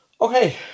Okay